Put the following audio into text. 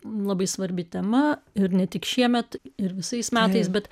labai svarbi tema ir ne tik šiemet ir visais metais bet